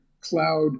cloud